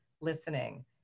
listening